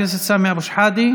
חבר הכנסת סמי אבו שחאדה.